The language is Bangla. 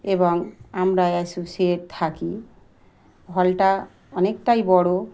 এবং আমরা অ্যাসোসিয়েট থাকি হলটা অনেকটাই বড়ো